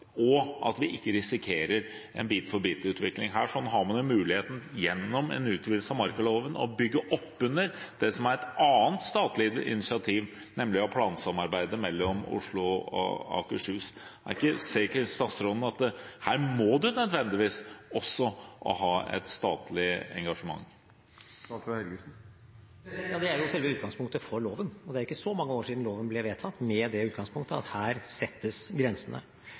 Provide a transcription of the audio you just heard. og at vi ikke risikerer en bit-for-bit-utvikling? Her har man muligheten til, gjennom en utvidelse av markaloven, å bygge oppunder det som er et annet statlig initiativ, nemlig plansamarbeidet mellom Oslo og Akershus. Ser ikke statsråden at her må en nødvendigvis også ha et statlig engasjement? Ja, det er jo selve utgangspunktet for loven, og det er ikke så mange år siden loven ble vedtatt med det utgangspunktet at her settes grensene.